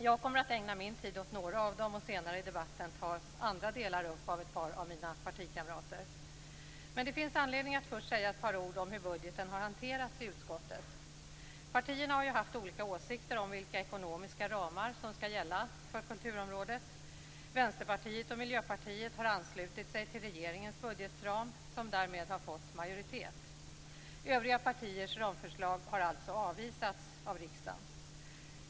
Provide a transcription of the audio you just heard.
Jag kommer att ägna min tid åt några av dem, och senare i debatten tas andra delar upp av ett par av mina partikamrater. Men det finns anledning att först säga ett par ord om hur budgeten har hanterats i utskottet. Partierna har ju haft olika åsikter om vilka ekonomiska ramar som skall gälla för kulturområdet. Vänsterpartiet och Miljöpartiet har anslutit sig till regeringens budgetram som därmed har fått majoritet. Övriga partiers ramförslag har alltså avvisats av riksdagen.